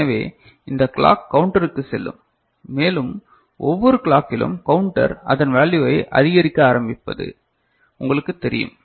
எனவே இந்த கிளாக் கவுண்டருக்குச் செல்லும் மேலும் ஒவ்வொரு கிளாக்கிலும் கவுண்டர் அதன் வேல்யுவை அதிகரிக்க ஆரம்பிப்பது உங்களுக்குத் தெரியும்